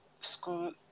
school